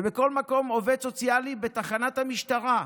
ובכל מקום, עובד סוציאלי בתחנת המשטרה,